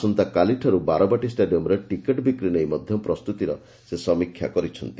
ଆସନ୍ତାକାଲିଠାରୁ ବାରବାଟୀ ଷ୍କାଡିୟମ୍ରେ ଟିକେଟ୍ ବିକ୍ରି ନେଇ ମଧ୍ଧ ପ୍ରସ୍ତୁତିର ସେ ସମୀକ୍ଷା କରିଛନ୍ତି